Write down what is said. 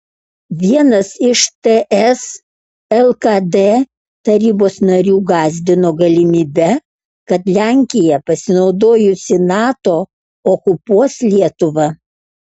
vienas iš ts lkd tarybos narių gąsdino galimybe kad lenkija pasinaudojusi nato okupuos lietuvą